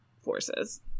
forces